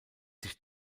sich